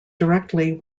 directly